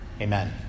Amen